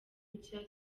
nshya